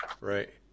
Right